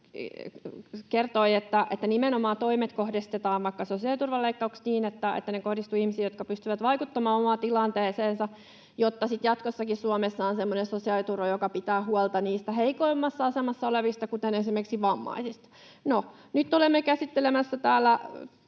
kertoi, että toimet kohdistetaan vaikka sosiaaliturvaleikkauksissa nimenomaan niin, että ne kohdistuvat ihmisiin, jotka pystyvät vaikuttamaan omaan tilanteeseensa, jotta sitten jatkossakin Suomessa on semmoinen sosiaaliturva, joka pitää huolta niistä heikoimmassa asemassa olevista, kuten esimerkiksi vammaisista. No, nyt olemme käsittelemässä täällä